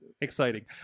exciting